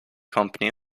company